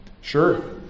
Sure